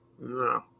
No